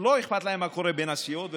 לא אכפת להם מה קורה בין הסיעות,